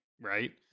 Right